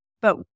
But-